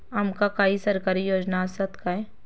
आमका काही सरकारी योजना आसत काय?